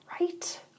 right